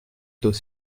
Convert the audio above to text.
taux